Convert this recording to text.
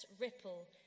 ripple